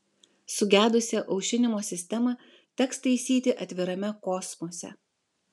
sugedusią aušinimo sistemą teks taisyti atvirame kosmose